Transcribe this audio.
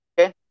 Okay